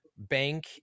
bank